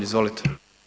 Izvolite.